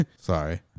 sorry